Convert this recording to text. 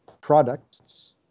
products